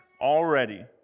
already